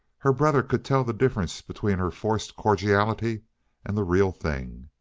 her brother could tell the difference between her forced cordiality and the real thing.